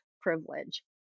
privilege